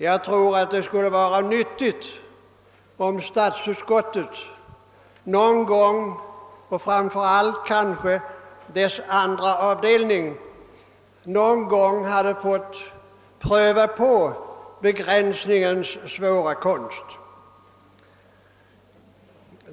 Jag tror att det skulle vara nyttigt, om statsutskottet och framför allt kanske dess andra avdelning någon gång fick pröva på begränsningens svåra konst.